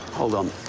hold on.